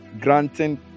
granting